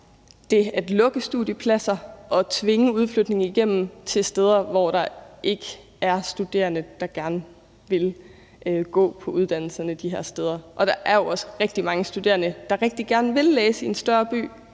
det at lukke studiepladser og tvinge en udflytning af uddannelser igennem til steder, hvor der ikke er studerende, der gerne vil gå på dem. Og der er jo også rigtig mange studerende, der rigtig gerne vil læse i en større by,